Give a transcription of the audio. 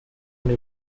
una